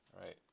right